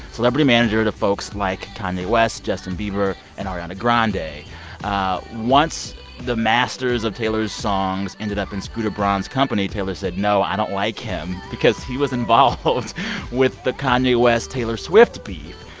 celebrity manager to folks like kanye west, justin bieber and ariana grande once the masters of taylor's songs ended up in scooter braun's company, taylor said, no, i don't like him because he was involved with the kanye west-taylor swift beef.